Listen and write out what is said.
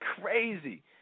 crazy